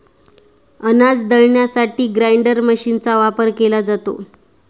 अनाज दळण्यासाठी ग्राइंडर मशीनचा वापर केला जातो